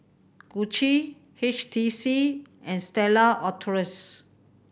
Gucci H T C and Stella Artois